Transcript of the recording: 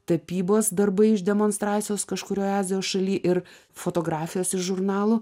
tapybos darbai iš demonstracijos kažkurioje azijos šaly ir fotografijos iš žurnalų